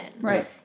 right